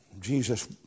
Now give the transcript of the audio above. Jesus